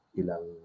ilang